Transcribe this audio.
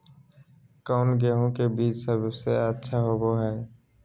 कौन गेंहू के बीज सबेसे अच्छा होबो हाय?